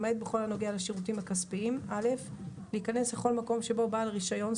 למעט בכל הנוגע לשירותים הכספיים - להיכנס לכל מקום שבו בעל רישיון,